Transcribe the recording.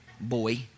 boy